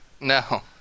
No